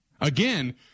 Again